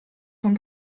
von